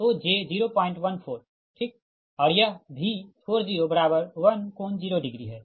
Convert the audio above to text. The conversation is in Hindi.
तो j 014 ठीक और यह V401∠0 है